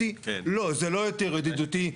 שעושות את המשלוחים הללו לבית,